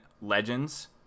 legends